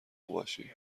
باشیم